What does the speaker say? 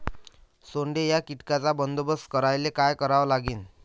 सोंडे या कीटकांचा बंदोबस्त करायले का करावं लागीन?